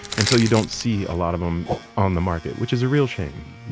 and so you don't see a lot of them on the market, which is a real shame